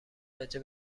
درجه